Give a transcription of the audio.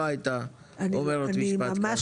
לא הייתה אומרת משפט כזה.